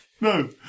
No